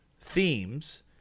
themes